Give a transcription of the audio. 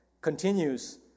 continues